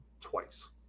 twice